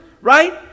right